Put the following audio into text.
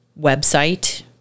website